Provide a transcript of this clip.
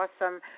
awesome